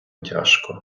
тяжко